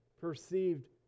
perceived